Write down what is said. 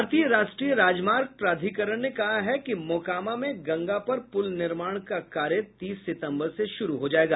भारतीय राष्ट्रीय राजमार्ग प्राधिकरण ने कहा है कि मोकामा में गंगा पर पुल निर्माण का कार्य तीस सितम्बर से शुरू होगा